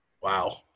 Wow